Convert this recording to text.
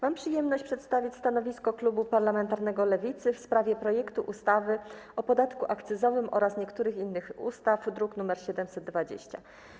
Mam przyjemność przedstawić stanowisko klubu parlamentarnego Lewicy w sprawie projektu ustawy o zmianie ustawy o podatku akcyzowym oraz niektórych innych ustaw, druk nr 720.